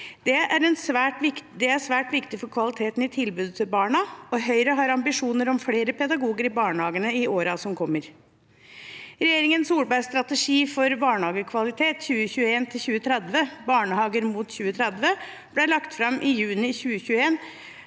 Det er svært viktig for kvaliteten i tilbudet til barna, og Høyre har ambisjoner om flere pedagoger i barnehagene i årene som kommer. Regjeringen Solbergs strategi for barnehagekvalitet 2021–2030, Barnehager mot 2030,